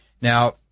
Now